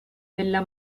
della